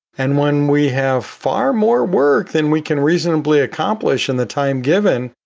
and when we have far more work than we can reasonably accomplish in the time given